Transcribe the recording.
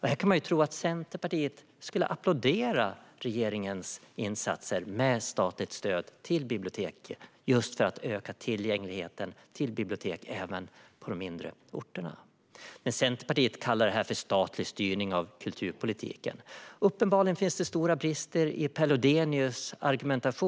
Här kan man tro att Centerpartiet skulle applådera regeringens insatser med statligt stöd till biblioteken just för att öka tillgängligheten till bibliotek även på mindre orter. Men Centerpartiet kallar det här statlig styrning av kulturpolitiken. Uppenbarligen finns det stora brister i Per Lodenius argumentation.